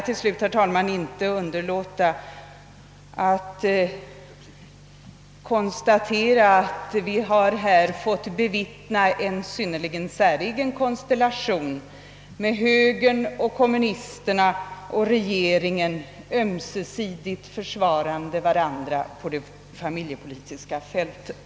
Till slut, herr talman, kan jag inte underlåta att konstatera att vi här har fått bevittna en synnerligen säregen konstellation, där högern och kommunisterna och regeringen ömsesidigt försvarat varandra på det familjepolitiska fältet.